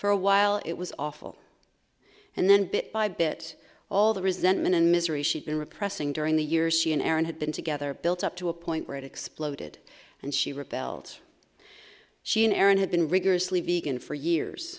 for a while it was awful and then bit by bit all the resentment and misery she'd been repressing during the years she and aaron had been together built up to a point where it exploded and she rebelled she and aaron had been rigorously vegan for years